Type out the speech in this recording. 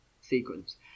sequence